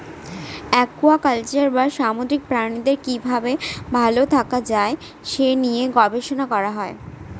aquaculture বা সামুদ্রিক প্রাণীদের কি ভাবে ভালো থাকা যায় সে নিয়ে গবেষণা করা হয়